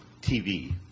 TV